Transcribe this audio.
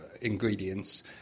ingredients